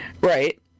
Right